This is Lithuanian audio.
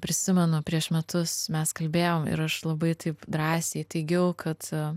prisimenu prieš metus mes kalbėjom ir aš labai taip drąsiai teigiau kad